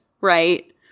right